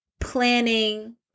planning